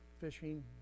fishing